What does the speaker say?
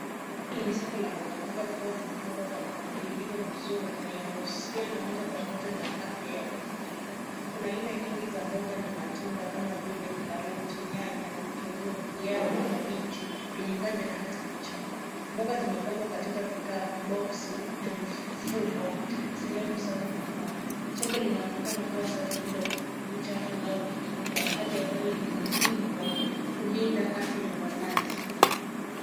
Hili ni soko la mboga mboga zikiwa zimepangwa kwa mpangilio mzuri na inahusiana moja kwa moja na afya ya mazingira. Kuna aina nyingi za mboga na matunda kama vile karoti, nyanya, vitunguu, viazi, kabichi, biringanya na hata machungwa. Mboga zimepangwa katika vikapu, boksi na mifuko, sehemu safi na kavu. Soko linaonekana kuwa safi bila uchafu unaouzunguka, hali ambayo ni muhimu kulinda afya ya walaji.